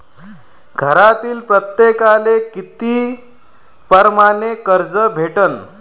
घरातील प्रत्येकाले किती परमाने कर्ज भेटन?